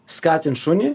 skatint šunį